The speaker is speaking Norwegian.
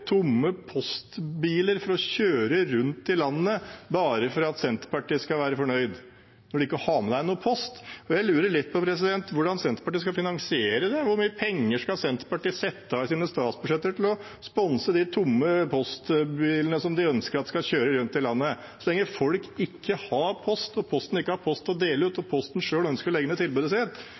tomme postbiler for å kjøre rundt i landet bare for at Senterpartiet skal være fornøyd, når de ikke har med seg noe post. Jeg lurer litt på hvordan Senterpartiet skal finansiere det. Hvor mye penger skal Senterpartiet sette av i sine statsbudsjetter til å sponse de tomme postbilene de ønsker skal kjøre rundt i landet – så lenge folk ikke har post, Posten ikke har post å dele ut og Posten selv ønsker å legge ned tilbudet sitt?